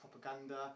propaganda